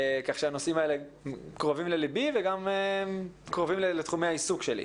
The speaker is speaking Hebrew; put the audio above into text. כך שהנושאים האלה קרובים ללבי וגם קרובים לתחומי העיסוק שלי.